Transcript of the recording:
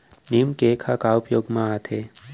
नीम cake ह का उपयोग मा आथे?